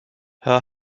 her